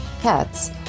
Cats